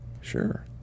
Sure